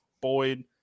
boyd